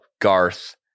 Garth